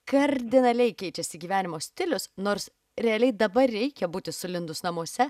kardinaliai keičiasi gyvenimo stilius nors realiai dabar reikia būti sulindus namuose